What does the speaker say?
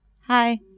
Hi